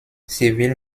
civil